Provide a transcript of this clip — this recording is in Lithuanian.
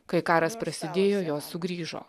kai karas prasidėjo jos sugrįžo